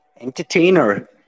Entertainer